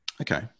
Okay